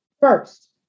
first